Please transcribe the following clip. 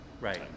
Right